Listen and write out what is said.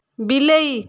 ବିଲେଇ